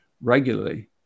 regularly